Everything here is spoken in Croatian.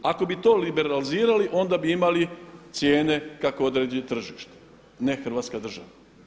Ako bi to liberalizirali onda bi imali cijene kako određuje tržište, ne Hrvatska država.